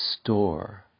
store